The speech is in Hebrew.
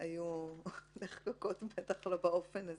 היו נחקקות, בטח לא באופן הזה.